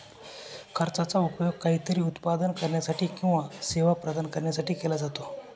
खर्चाचा उपयोग काहीतरी उत्पादन करण्यासाठी किंवा सेवा प्रदान करण्यासाठी केला जातो